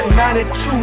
92